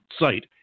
site